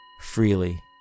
freely